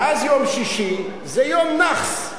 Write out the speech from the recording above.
ואז יום שישי זה יום נאחס.